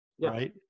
right